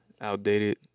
outdated